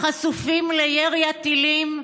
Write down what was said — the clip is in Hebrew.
החשופים לירי הטילים,